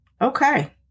Okay